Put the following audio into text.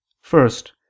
First